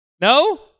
No